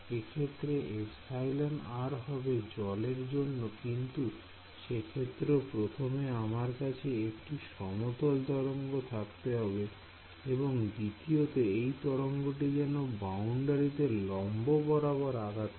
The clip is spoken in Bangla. এক্ষেত্রে εr হবে জলের জন্য কিন্তু সেক্ষেত্রেও প্রথমে আমার কাছে একটি সমতল তরঙ্গ থাকতে হবে এবং দ্বিতীয়তো এই তরঙ্গটি যেন বাউন্ডারিতে লম্ব বরাবর আঘাত করে